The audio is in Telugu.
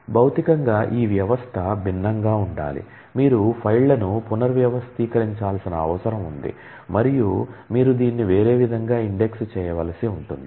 భౌతికంగా ఈ వ్యవస్థ భిన్నంగా ఉండాలి మీరు ఫైళ్ళను పునర్వ్యవస్థీకరించాల్సిన అవసరం ఉంది మరియు మీరు దీన్ని వేరే విధంగా ఇండెక్స్ చేయవలసి ఉంటుంది